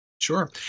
Sure